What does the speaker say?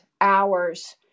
hours